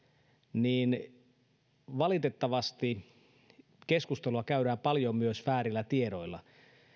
niin valitettavasti keskustelua käydään paljon myös väärillä tiedoilla